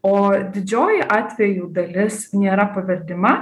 o didžioji atvejų dalis nėra paveldima